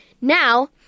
Now